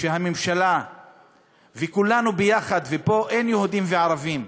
שהממשלה וכולנו יחד, ופה אין יהודים וערבים,